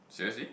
seriously